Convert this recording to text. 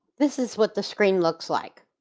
this is what the screen looks like.